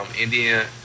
Indian